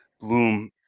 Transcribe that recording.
Bloom